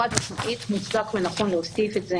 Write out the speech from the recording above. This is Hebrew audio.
חד-משמעית מוצדק ונכון להוסיף את זה